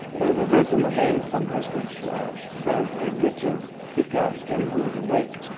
there's a verse in the vedas someplace which says, the riches seek out him who is awake,